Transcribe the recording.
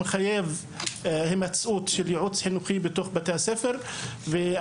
מחייב המצאות של ייעוץ חינוכי בתוך בתי הספר ועד